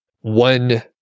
One